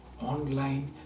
online